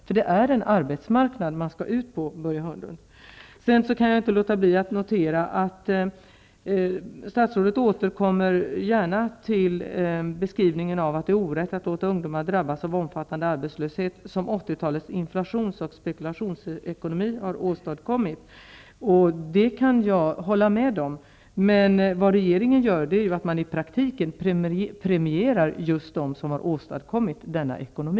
För det är en arbetsmarknad man skall ut på, Börje Sedan kan jag inte låta bli att notera att statsrådet gärna återkommer till beskrivningen av att det är orätt att låta ungdomar drabbas av omfattande arbetslöshet som 80-talets inflations och spekulationsekonomi har åstadkommit. Det kan jag hålla med om, men vad regeringen gör i praktiken är att premiera just dem som har åstadkommit denna ekonomi.